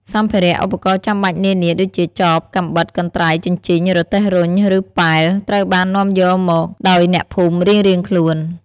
សម្ភារៈ ឧបករណ៍ចាំបាច់នានា ដូចជា ចប កាំបិត កន្ត្រៃ ជញ្ជីង រទេះរុញ ឬប៉ែល ត្រូវបាននាំយកមកដោយអ្នកភូមិរៀងៗខ្លួន។